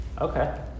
Okay